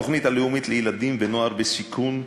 התוכנית הלאומית לילדים ונוער בסיכון,